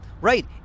Right